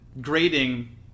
grading